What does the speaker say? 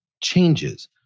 changes